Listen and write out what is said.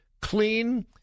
clean